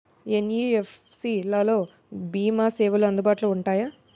NBFC లలో భీమా సేవలు అందుబాటులో ఉంటాయా?